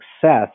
success